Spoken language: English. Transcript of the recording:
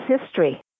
history